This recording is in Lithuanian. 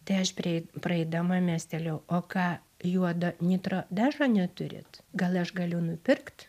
tai aš priei praeidama mestelėjau o ką juodo nitro dažo neturit gal aš galiu nupirkt